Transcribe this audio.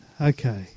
Okay